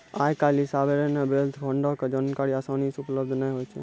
आइ काल्हि sovereign wealth फंडो के जानकारी असानी से उपलब्ध नै होय छै